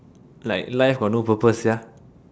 like life got no purpose sia